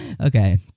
Okay